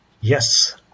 Yes